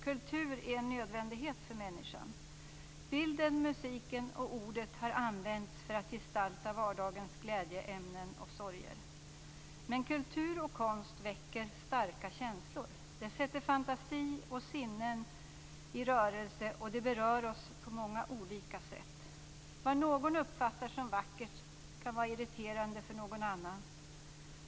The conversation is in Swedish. Kultur är en nödvändighet för människan. Bilden, musiken och ordet har använts för att gestalta vardagens glädjeämnen och sorger. Men kultur och konst väcker starka känslor. Det sätter fantasi och sinnen i rörelse och det berör oss på många olika sätt. Vad någon uppfattar som vackert kan vara irriterande för någon annan.